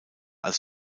als